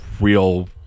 real